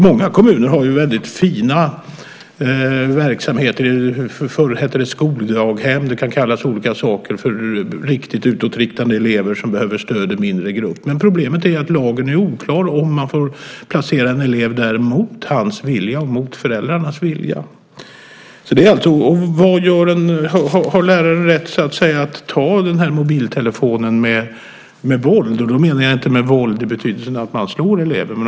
Många kommuner har väldigt fina verksamheter - de kallades förr för skoldaghem - för väldigt utåtriktade elever som behöver stöd i mindre grupp. Problemet är att lagen är oklar när det gäller om man får placera en elev där mot hans vilja och mot föräldrarnas vilja. Har en lärare rätt att ta mobiltelefonen med våld? Jag menar då inte våld i betydelsen att man slår eleven.